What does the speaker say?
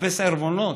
מחפש ערבונות.